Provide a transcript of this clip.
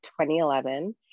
2011